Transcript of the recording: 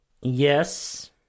Yes